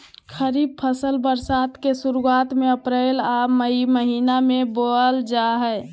खरीफ फसल बरसात के शुरुआत में अप्रैल आ मई महीना में बोअल जा हइ